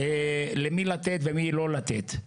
למי לתת ולמי לא לתת.